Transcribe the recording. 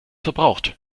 verbraucht